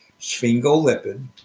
sphingolipid